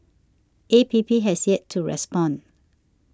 A P P has yet to respond